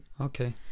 okay